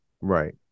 Right